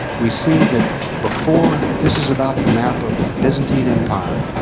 we see that before. this is about the map of the byzantine empire,